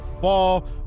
fall